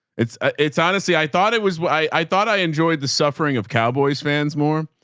it's ah it's honestly, i thought it was. i thought i enjoyed the suffering of cowboys fans more,